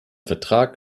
vertrag